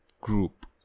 group